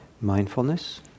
mindfulness